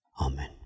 Amen